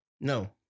No